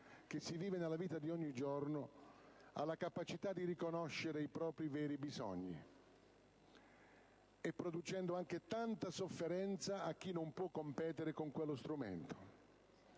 che si vive nella vita di ogni giorno, alla capacità di riconoscere i propri veri bisogni; quella rappresentazione produce anche tanta sofferenza a chi non può competere con quello strumento.